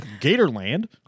Gatorland